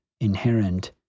inherent